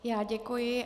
Já děkuji.